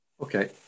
Okay